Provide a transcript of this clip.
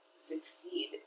succeed